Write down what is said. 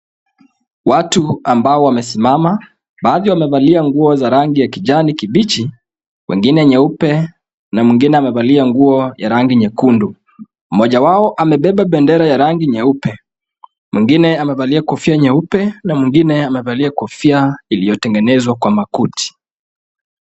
Watu ambao wamesimama, baadhi wamevalia nguo za rangi ya kijani kibichi, wengine nyeupe na mwingine amevalia nguo ya rangi nyekundu. Mmoja wao amebeba bendera ya rangi nyeupe, mwingine amevalia kofia nyeupe, na mwingine amevalia kofia iliyotengenezwa kwa makuti.